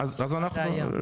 מה זה היה?